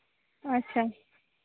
ᱟᱪᱪᱷᱟ